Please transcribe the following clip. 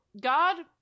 God